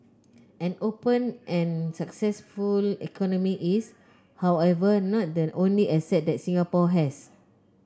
an open and successful economy is however not the only asset that Singapore has